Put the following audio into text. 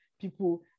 people